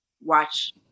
watch